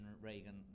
Reagan